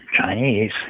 Chinese